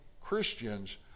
Christians